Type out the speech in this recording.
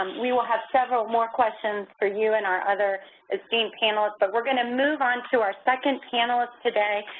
um we will have several more questions for you and our other esteemed panelists. but we are going to move on to our second panelist today.